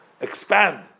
expand